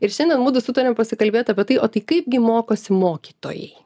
ir šiandien mudu sutarėm pasikalbėt apie tai o tai kaipgi mokosi mokytojai